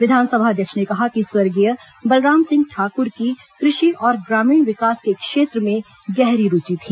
विधानसभा अध्यक्ष ने कहा कि स्वर्गीय बलराम सिंह ठाकूर की कृषि और ग्रामीण विकास के क्षेत्र में गहरी रूचि थी